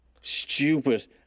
stupid